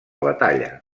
batalla